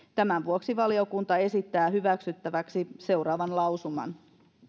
tämän vuoksi valiokunta esittää hyväksyttäväksi seuraavan lausuman